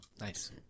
Nice